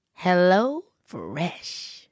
HelloFresh